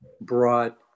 brought